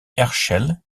herschel